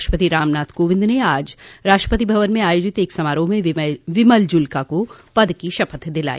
राष्ट्रपति राम नाथ कोविंद ने आज राष्ट्रपति भवन में आयोजित एक समारोह में बिमल जुल्का को पद की शपथ दिलाई